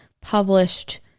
published